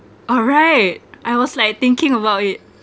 alright I was like thinking about it